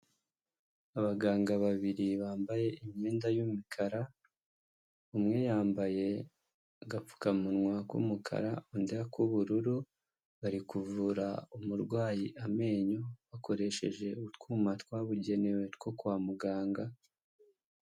Abaganga babiri bambaye imyenda y'umukara, umwe yambaye agapfukamunwa k'umukara undi ak'ubururu, bari kuvura umurwayi amenyo bakoresheje utwuma twabugenewe two kwa muganga.